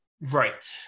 Right